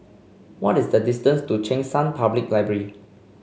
what is the distance to Cheng San Public Library